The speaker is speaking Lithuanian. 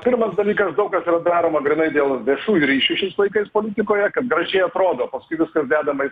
pirmas dalykas daug kas daroma grynai dėl viešųjų ryšių šiais laikais politikoje kad gražiai atrodo paskui viskas dedama